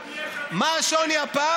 אף אחד מיש עתיד, מה השוני הפעם?